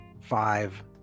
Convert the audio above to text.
five